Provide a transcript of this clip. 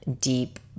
deep